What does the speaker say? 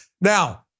Now